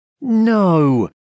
No